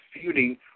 feuding